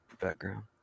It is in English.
background